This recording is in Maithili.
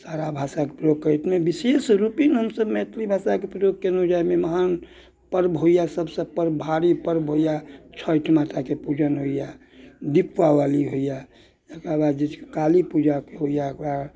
सारा भाषाके प्रयोग करैतमे विशेष रूपे हमसभ मैथिली भाषा कयलहुँ जाहिमे महान पर्व होइया सभसँ पर्व भारी पर्व होइया छठि माताके पूजन होइया दीपावली होइया तकरा बाद जे छै काली पूजाके होइया ओकरा